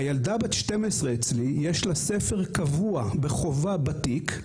הילדה בת 12 יש לה ספר קבוע וחובה בתיק,